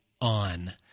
on